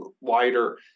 wider